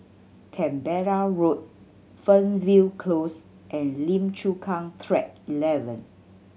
Canberra Road Fernvale Close and Lim Chu Kang Track Eleven